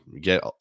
get